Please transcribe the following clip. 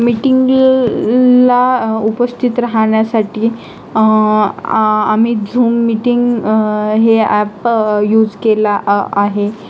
मीटिंगला उपस्थित राहण्यासाठी आम्ही झूम मीटिंग हे ॲप यूज केला आहे